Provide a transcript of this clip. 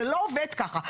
זה לא עובד ככה,